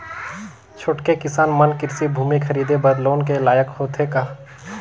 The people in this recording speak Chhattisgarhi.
छोटके किसान मन कृषि भूमि खरीदे बर लोन के लायक होथे का?